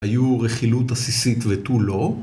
‫היו רכילות עסיסית ותו לא.